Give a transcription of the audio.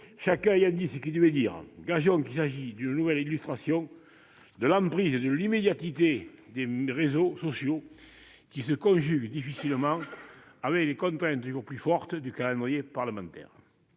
chacun ayant dit ce qu'il devait dire. Gageons qu'il s'agit d'une nouvelle illustration de l'emprise de l'immédiateté des réseaux sociaux, qui se conjugue difficilement avec les contraintes toujours plus fortes du calendrier parlementaire.